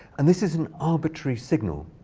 and this is an arbitrary signal.